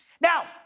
Now